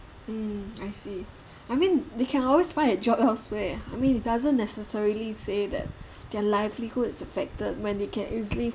mm I see I mean they can always find a job elsewhere I mean it doesn't necessarily say that their livelihoods affected when they can easily